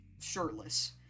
shirtless